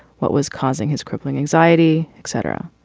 what was causing his crippling anxiety, etc?